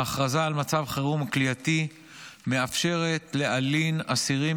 ההכרזה על מצב חירום כליאתי מאפשרת להלין אסירים